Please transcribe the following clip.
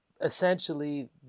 essentially